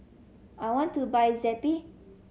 I want to buy Zappy